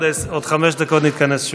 בעוד חמש דקות נתכנס שוב.